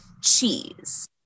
cheese